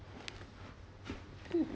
mm